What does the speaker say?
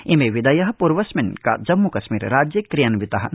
इमे विधय पूर्वस्मिन् जम्मूकश्मीर राज्ये क्रियान्विता नासन्